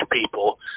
people